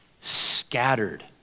scattered